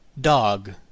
dog